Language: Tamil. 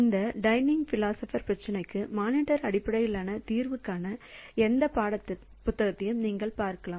இந்த டைன்னிங் பிலாசபர் பிரச்சினைக்கு மானிட்டர் அடிப்படையிலான தீர்வுக்கான எந்த பாடப்புத்தகத்தையும் நீங்கள் பார்க்கலாம்